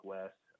West